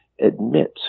admits